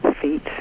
feet